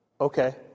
Okay